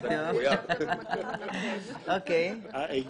על עלייה של שניים-שלושה חודשים בשנה